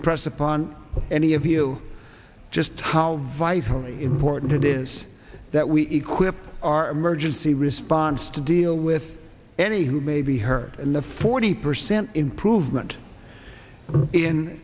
impress upon any of you just how vitally important it is that we equip our emergency response to deal with any who may be hurt and the forty percent improvement in